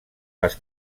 les